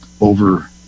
over